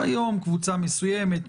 היום קבוצה מסוימת,